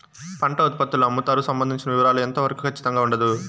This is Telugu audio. పంట ఉత్పత్తుల అమ్ముతారు సంబంధించిన వివరాలు ఎంత వరకు ఖచ్చితంగా ఉండదు?